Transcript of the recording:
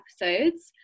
episodes